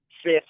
Fifth